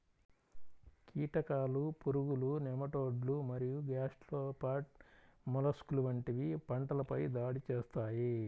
కీటకాలు, పురుగులు, నెమటోడ్లు మరియు గ్యాస్ట్రోపాడ్ మొలస్క్లు వంటివి పంటలపై దాడి చేస్తాయి